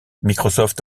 microsoft